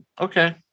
Okay